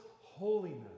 holiness